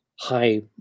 high